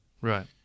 Right